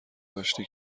آشتی